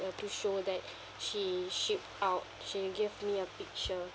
uh to show that she shipped out she gave me a picture